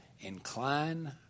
incline